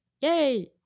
Yay